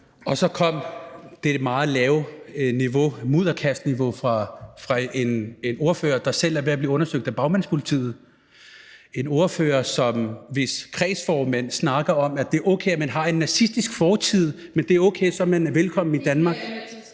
Og så kom det på det meget lave niveau med mudderkastning fra en ordfører, der selv er ved at blive undersøgt af Bagmandspolitiet, og en ordfører, hvis kredsformand snakker om, at det er okay, at man har en nazistisk fortid: Det er okay, så er man velkommen i Danmark.